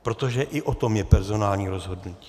Protože i o tom je personální rozhodnutí.